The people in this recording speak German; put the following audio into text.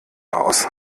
aus